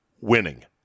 winning